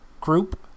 group